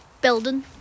building